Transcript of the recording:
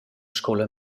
scoula